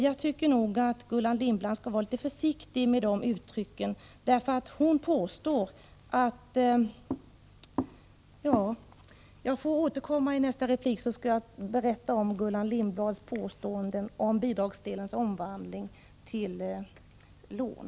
Jag tycker att Gullan Lindblad skall vara litet försiktig med det uttrycket. Jag får i nästa replik återkomma till Gullan Lindblads uttalanden om bidragsdelens omvandling till lån.